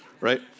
right